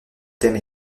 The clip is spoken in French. thème